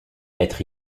être